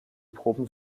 proben